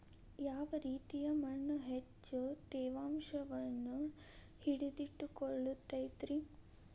ಯಾವ ರೇತಿಯ ಮಣ್ಣ ಹೆಚ್ಚು ತೇವಾಂಶವನ್ನ ಹಿಡಿದಿಟ್ಟುಕೊಳ್ಳತೈತ್ರಿ?